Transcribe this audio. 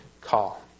call